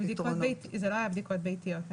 אלה לא היו בדיקות ביתיות.